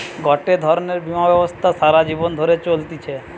গটে ধরণের বীমা ব্যবস্থা সারা জীবন ধরে চলতিছে